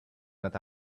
not